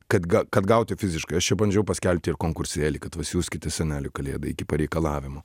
kad kad gauti fiziškai aš čia bandžiau pasikelbti ir konkursėlį kad va siųskite seneliui kalėdai iki pareikalavimo